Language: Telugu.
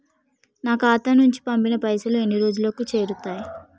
నా ఖాతా నుంచి పంపిన పైసలు ఎన్ని రోజులకు చేరుతయ్?